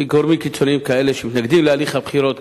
מגורמים קיצוניים כאלה שמתנגדים להליך הבחירות,